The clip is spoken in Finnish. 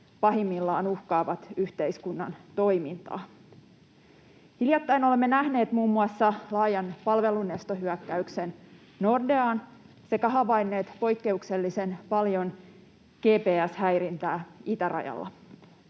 pahimmillaan uhkaavat yhteiskunnan toimintaa. Hiljattain olemme nähneet muun muassa laajan palvelunestohyökkäyksen Nordeaan sekä havainneet poikkeuksellisen paljon GPS-häirintää itärajalla.